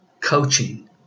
coaching